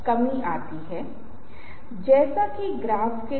यह सब अगले दो सप्ताह में आएगा लेकिन आज बहुत ही सरल प्रश्न है